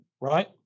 right